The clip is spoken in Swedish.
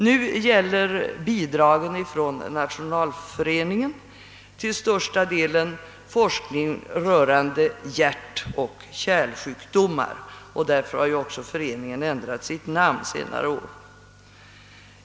Nu avser bidragen från Nationalföreningen till största delen forskning rörande hjärtoch kärlsjukdomar, och därför har också föreningen ändrat sitt namn.